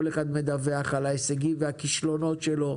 אחד ידווח על ההישגים והכישלונות שלו,